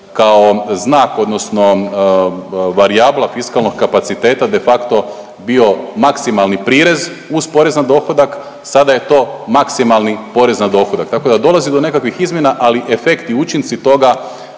kao znak odnosno varijabla fiskalnog kapaciteta de facto bio maksimalni prirez uz porez na dohodak, sada je to maksimalni porez na dohodak, tako da dolazi do nekakvih izmjena, ali efekti i učinci toga